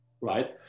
right